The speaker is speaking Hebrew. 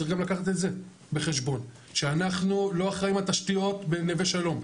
צריך לקחת גם את זה בחשבון שאנחנו לא אחראים על תשתיות בנווה שלום.